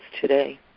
today